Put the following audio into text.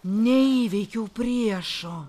neįveikiau priešo